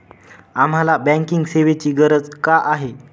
आम्हाला बँकिंग सेवेची गरज का आहे?